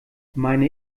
meine